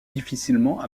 difficilement